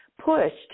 pushed